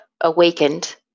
awakened